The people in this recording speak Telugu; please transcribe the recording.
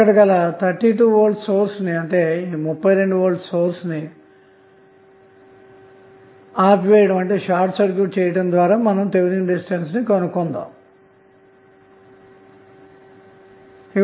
ఇక్కడ 32V సోర్స్ ని షార్ట్ సర్క్యూట్ చేయడం ద్వారాథెవెనిన్ రెసిస్టెన్స్ నుకనుగొనాలి